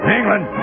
England